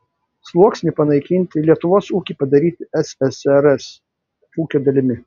sluoksnį panaikinti lietuvos ūkį padaryti ssrs ūkio dalimi